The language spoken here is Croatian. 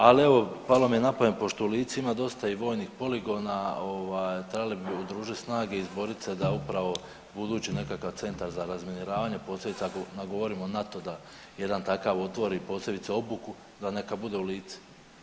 Ali evo palo mi je na pamet pošto u Lici ima i dosta vojnih poligona trebali bi udružit snage i izborit se da upravo budući nekakav centar za razminiravanje posebice ako nagovorimo NATO da jedan takav otvori, posebice obuku da neka bude u Lici.